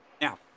Now